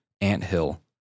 anthill